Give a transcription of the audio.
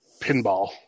pinball